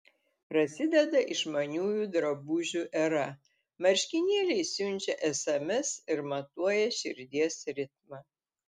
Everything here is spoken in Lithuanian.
prasideda išmaniųjų drabužių era marškinėliai siunčia sms ir matuoja širdies ritmą